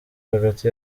hagati